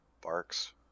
barks